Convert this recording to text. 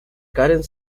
karen